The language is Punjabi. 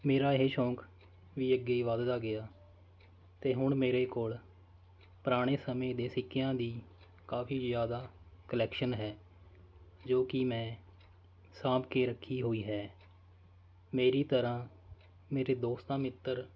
ਮੇਰਾ ਇਹ ਸ਼ੌਕ ਵੀ ਅੱਗੇ ਹੀ ਵੱਧਦਾ ਗਿਆ ਅਤੇ ਹੁਣ ਮੇਰੇ ਕੋਲ ਪੁਰਾਣੇ ਸਮੇਂ ਦੇ ਸਿੱਕਿਆਂ ਦੀ ਕਾਫੀ ਜ਼ਿਆਦਾ ਕਲੈਕਸ਼ਨ ਹੈ ਜੋ ਕਿ ਮੈਂ ਸਾਂਭ ਕੇ ਰੱਖੀ ਹੋਈ ਹੈ ਮੇਰੀ ਤਰ੍ਹਾਂ ਮੇਰੇ ਦੋਸਤ ਮਿੱਤਰ